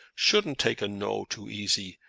shouldn't take a no too easy.